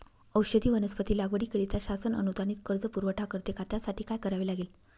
औषधी वनस्पती लागवडीकरिता शासन अनुदानित कर्ज पुरवठा करते का? त्यासाठी काय करावे लागेल?